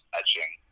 etching